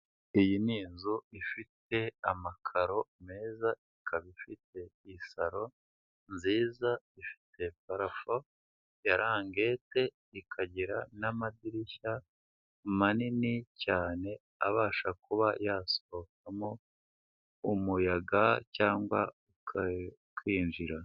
Iyi ni inzu ifite amakaro meza, ikaba ifite isaro nziza, ifite parafo ya rangete, ikagira n'amadirishya manini cyane abasha kuba yasohokamo umuyaga cyangwa ukinjira.